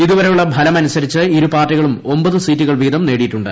ഇതുവരെയുള്ള ഫലം അനുസരിച്ച് ഇരു പാർട്ടികളും ഒമ്പത് സീറ്റുകൾ വീതം നേടിയിട്ടുണ്ട്